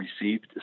received